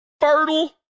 fertile